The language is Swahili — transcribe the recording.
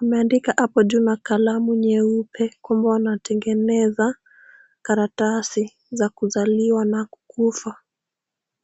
Wameandika hapo juu na kalamu nyeupe kwamba, wanatengeneza karatasi za kuzaliwa na kukufa.